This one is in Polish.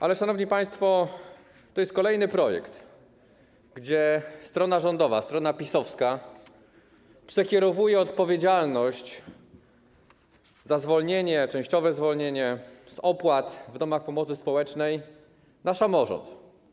Ale, szanowni państwo, to jest kolejny projekt, w przypadku którego strona rządowa, strona PiS-owska przekierowuje odpowiedzialność za zwolnienie, częściowe zwolnienie z opłat w domach pomocy społecznej na samorząd.